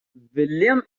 william